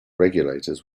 regulators